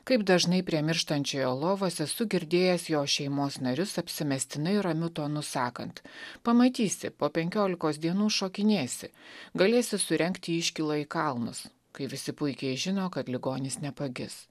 kaip dažnai prie mirštančiojo lovos esu girdėjęs jo šeimos narius apsimestinai ramiu tonu sakant pamatysi po penkiolikos dienų šokinėsi galėsi surengti iškylą į kalnus kai visi puikiai žino kad ligonis nepagis